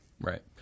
Right